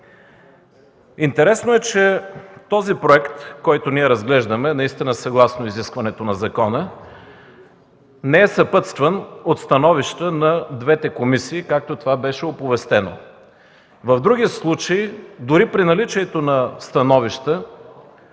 Интересно е, че този проект, който разглеждаме, наистина съгласно изискването на закона, не е съпътстван от становище на двете комисии, както това беше оповестено. В другия случай, дори при наличието на становища,